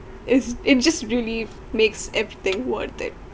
it it's just really makes everything worth it